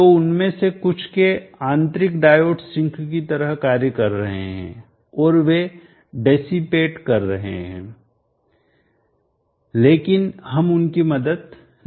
तो उनमें से कुछ के आंतरिक डायोड सिंक की तरह कार्य कर रहे हैं और वे डीसीपेट कर रहे होंगे लेकिन हम उनकी मदद नहीं कर सकते